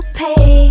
pay